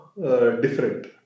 Different